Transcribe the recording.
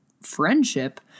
friendship